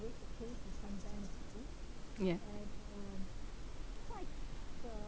yeah